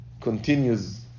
continues